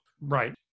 Right